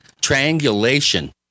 triangulation